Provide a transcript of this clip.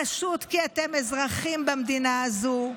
פשוט כי אתם אזרחים במדינה הזו,